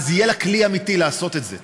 אז יהיה לה כלי אמיתי לעשות את זה,